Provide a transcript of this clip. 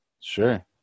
Sure